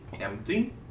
empty